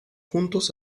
juntos